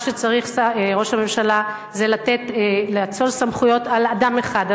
מה שצריך ראש הממשלה זה לאצול סמכויות לאדם אחד,